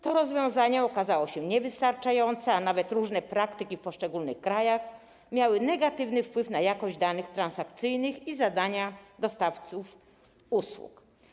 To rozwiązanie okazało się niewystarczające, a nawet różne praktyki w poszczególnych krajach miały negatywny wpływ na jakość danych transakcyjnych i zadania dostawców usług.